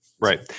Right